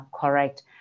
correct